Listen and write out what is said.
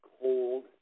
cold